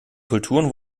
kulturen